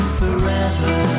forever